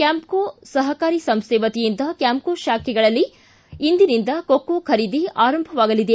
ಕ್ಯಾಂಪ್ತೋ ಸಹಕಾರಿ ಸಂಸ್ಥೆ ವತಿಯಿಂದ ಕ್ಯಾಂಪ್ತೋ ಶಾಖೆಗಳಲ್ಲಿ ಇಂದಿನಿಂದ ಕೊಕ್ಷೋ ಖರೀದಿ ಆರಂಭವಾಗಲಿದೆ